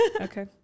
Okay